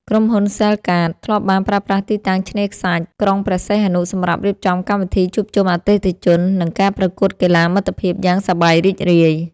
ក្រុមហ៊ុនសែលកាតធ្លាប់បានប្រើប្រាស់ទីតាំងឆ្នេរខ្សាច់ក្រុងព្រះសីហនុសម្រាប់រៀបចំកម្មវិធីជួបជុំអតិថិជន និង ការប្រកួតកីឡាមិត្តភាពយ៉ាងសប្បាយរីករាយ។